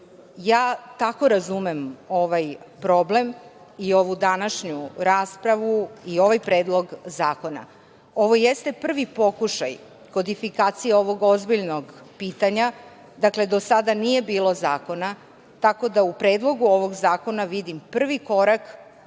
tako razumem ovaj problem i ovu današnju raspravu i ovaj predlog zakona. Ovo jeste prvi pokušaj kodifikacije ovog ozbiljnog pitanja, dakle, do sada nije bilo zakona. Tako da, u ovom Predlogu zakona vidim prvi korak